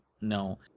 no